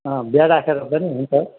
अँ ब्याड राखेर रोप्दा नि हुन्छ